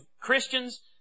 Christians